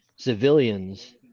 civilians